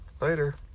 later